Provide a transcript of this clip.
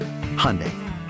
Hyundai